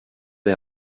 est